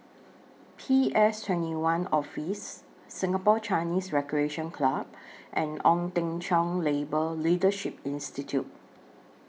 P S twenty one Office Singapore Chinese Recreation Club and Ong Teng Cheong Labour Leadership Institute